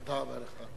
תודה רבה לך.